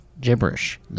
gibberish